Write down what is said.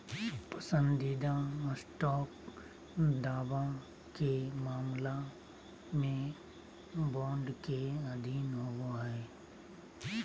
पसंदीदा स्टॉक दावा के मामला में बॉन्ड के अधीन होबो हइ